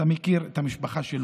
אתה מכיר את המשפחה שלו,